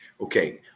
Okay